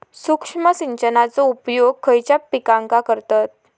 सूक्ष्म सिंचनाचो उपयोग खयच्या पिकांका करतत?